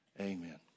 Amen